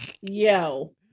yo